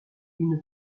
une